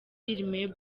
film